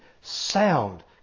sound